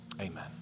amen